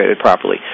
properly